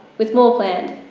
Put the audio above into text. with more planned.